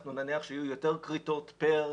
אנחנו נניח שיהיו יותר כריתות בגלל